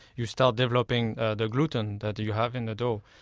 you start developing the gluten that you have in the dough.